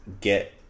get